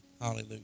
Hallelujah